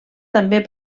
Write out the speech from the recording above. també